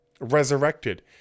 resurrected